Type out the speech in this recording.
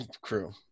crew